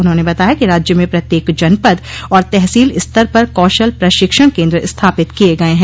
उन्होंने बताया कि राज्य में प्रत्येक जनपद और तहसील स्तर पर कौशल प्रशिक्षण केन्द्र स्थापित किये गये हैं